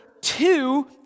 two